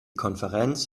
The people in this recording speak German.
konferenz